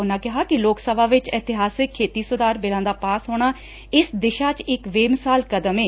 ਉਨਾਂ ਕਿਹਾ ਕਿ ਲੋਕ ਸਭਾ ਵਿਚ ਇਤਿਹਾਸਕ ਖੇਤੀ ਸੁਧਾਰ ਬਿੱਲਾਂ ਦਾ ਪਾਸ ਹੋਣਾ ਇਸ ਦਿਸ਼ਾ ਚ ਇਕ ਬੇਮਿਸਾਲ ਕਦਮ ਏ